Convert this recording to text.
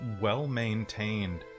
well-maintained